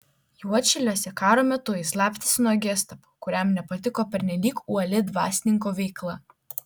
juodšiliuose karo metu jis slapstėsi nuo gestapo kuriam nepatiko pernelyg uoli dvasininko veikla